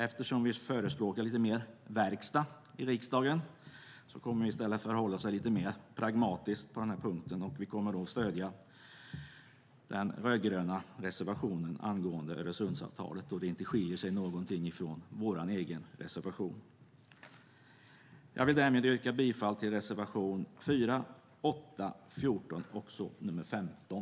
Eftersom vi förespråkar lite mer verkstad i riksdagen kommer vi i stället att förhålla oss mer pragmatiska på denna punkt och stödja den rödgröna reservationen angående Öresundsavtalet då den inte skiljer sig någonting från vår reservation. Jag vill därmed yrka bifall till reservationerna 4, 8, 14 och 15.